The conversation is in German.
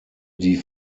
die